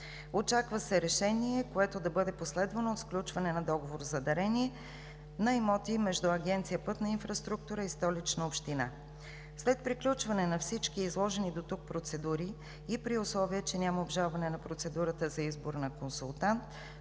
Очаква се решение, което да бъде последвано от сключване на Договор за дарение на имоти между Агенция „Пътна инфраструктура“ и Столична община. След приключване на всички изложени дотук процедури и при условие че няма обжалване на процедурата за избор на консултант,